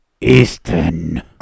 Easton